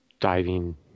Diving